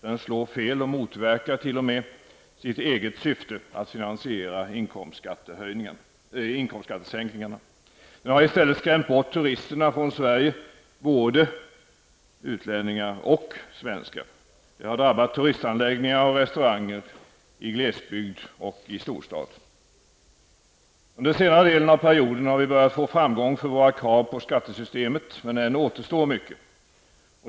Den slår fel och motverkar t.o.m. sitt eget syfte -- att finansiera inkomstskattesänkningarna. Den har i stället skrämt bort turisterna från Sverige, både svenskar och utlänningar. Det har drabbat turistanläggningar och restauranger, i storstad och glesbygd. Under senare delen av perioden har vi börjat få framgång för våra krav på skattesystemet. Men än återstår mycket.